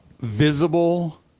visible